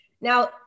Now